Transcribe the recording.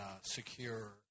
secure